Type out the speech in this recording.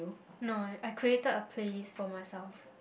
no I created a playlist for myself